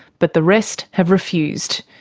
but the rest have refused.